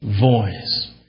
voice